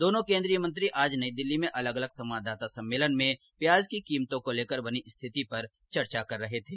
दोनों केन्द्रीय मंत्री आज नई दिल्ली में अलग अलग संवाददाता सम्मेलन में प्याज की कीमतों को लेकर बनी स्थिति पर चर्चा कर रहे थे